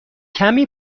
کمی